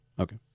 Okay